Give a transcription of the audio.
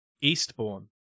Eastbourne